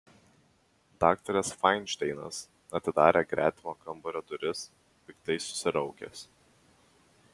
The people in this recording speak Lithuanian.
daktaras fainšteinas atidarė gretimo kambario duris piktai susiraukęs